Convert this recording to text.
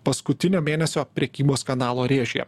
paskutinio mėnesio prekybos kanalo rėžyje